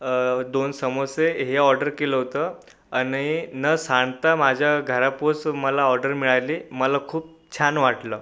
दोन समोसे हे ऑर्डर केलं होतं आणि न सांडता माझ्या घरपोच मला ऑर्डर मिळाली मला खूप छान वाटलं